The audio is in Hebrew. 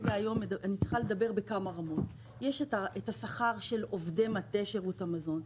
אני צריכה לדבר היום בכמה רמות: יש את השכר של עובדי מטה שירות המזון,